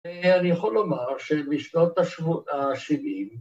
‫אני יכול לומר ‫שבשנות ה-70...